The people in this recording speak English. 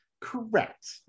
Correct